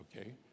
okay